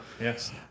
Yes